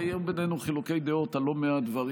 היו בינינו חילוקי דעות על לא מעט דברים.